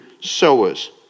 sowers